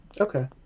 Okay